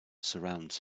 surrounds